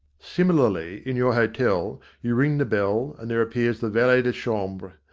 similarly, in your hotel, you ring the bell and there appears the valet de chambre,